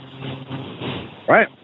Right